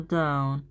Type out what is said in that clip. down